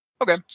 okay